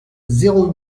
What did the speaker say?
zéro